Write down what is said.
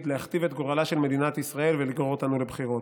להכתיב את גורלה של מדינת ישראל ולגרור אותנו לבחירות.